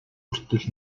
хүртэл